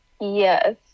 Yes